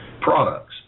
Products